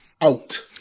out